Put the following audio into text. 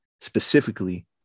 specifically